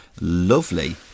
lovely